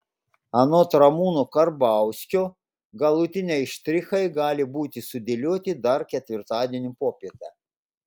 anot ramūno karbauskio galutiniai štrichai gali būti sudėlioti dar ketvirtadienio popietę